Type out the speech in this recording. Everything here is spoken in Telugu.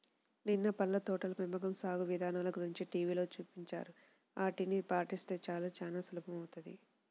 నిన్న పళ్ళ తోటల పెంపకం సాగు ఇదానల గురించి టీవీలో చూపించారు, ఆటిని పాటిస్తే చాలు సాగు చానా సులభమౌతది